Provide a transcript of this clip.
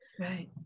Right